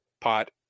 pot